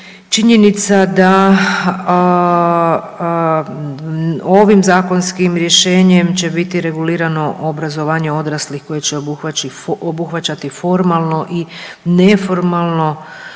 činjenica da ovim zakonskim rješenjem će biti regulirano obrazovanje odraslih koje će obuhvaćati formalno i neformalno